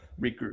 regroup